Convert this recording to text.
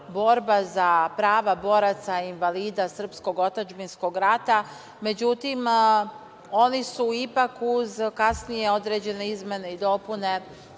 za prava boraca, invalida srpskog otadžbinskog rata. Međutim, oni su ipak uz kasnije određene izmene i dopune